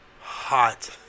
hot